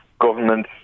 Government